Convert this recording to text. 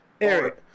Eric